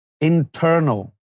internal